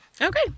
Okay